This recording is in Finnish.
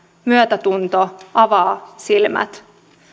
myötätunto avaa silmät